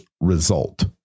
result